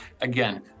again